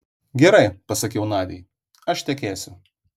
gerai pasakiau nadiai aš tekėsiu